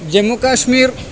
Jammu Kashmir